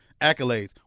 accolades